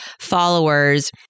followers